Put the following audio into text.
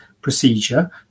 procedure